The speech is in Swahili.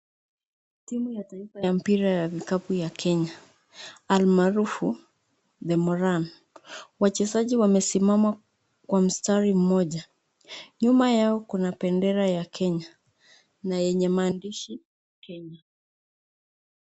Timu ya taifa ya mpira ya vikapu ya kenya almaarufu the moran wachezaji wamesimama kwa mstari moja nyuma yao kuna bendera ya kenya na yenye maandishi kenya.